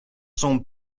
son